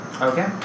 Okay